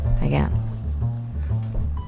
again